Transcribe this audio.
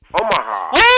Omaha